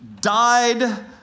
died